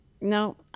No